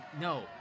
No